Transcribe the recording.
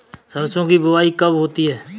सरसों की बुआई कब होती है?